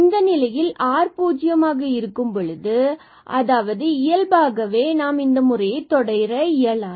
இந்த நிலையில் r0 ஆக இருக்கும் பொழுது அதாவது r0 எனும் பொழுது இந்த நிலையில் இயல்பாகவே நாம் இந்த முறையை தொடர இயலாது